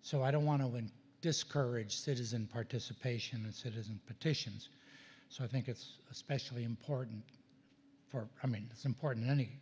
so i don't want to win discourage citizen participation and citizen petitions so i think it's especially important for i mean it's important